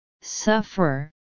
suffer